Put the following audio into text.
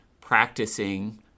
practicing